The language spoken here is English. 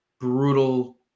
brutal –